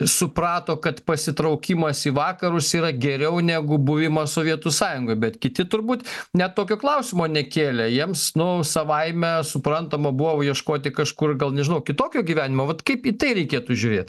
suprato kad pasitraukimas į vakarus yra geriau negu buvimas sovietų sąjungoj bet kiti turbūt net tokio klausimo nekėlė jiems nu savaime suprantama buvo ieškoti kažkur gal nežinau kitokio gyvenimo vat kaip į tai reikėtų žiūrėt